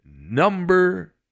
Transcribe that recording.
number